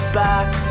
back